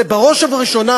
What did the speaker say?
זה בראש ובראשונה,